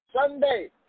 Sunday